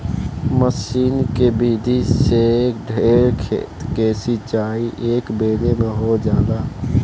मसीन के विधि से ढेर खेत के सिंचाई एकेबेरे में हो जाला